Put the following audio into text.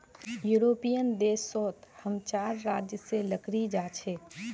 European देश सोत हम चार राज्य से लकड़ी जा छे